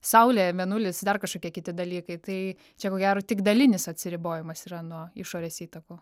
saulė mėnulis dar kažkokie kiti dalykai tai čia ko gero tik dalinis atsiribojimas yra nuo išorės įtakų